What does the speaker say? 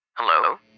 Hello